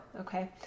okay